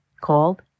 called